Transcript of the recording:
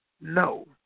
no